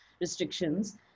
restrictions